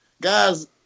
guys